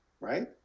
right